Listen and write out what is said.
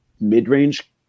mid-range